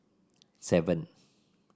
seven